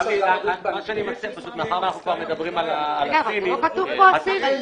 מאחר שאנחנו כבר מדברים על הסינים --- לא כתוב פה "סינית".